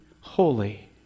holy